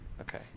Okay